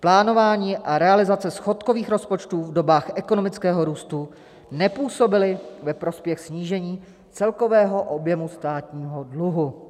Plánování a realizace schodkových rozpočtů v dobách ekonomického růstu nepůsobily ve prospěch snížení celkového objemu státního dluhu.